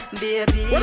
baby